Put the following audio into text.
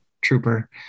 trooper